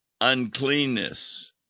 uncleanness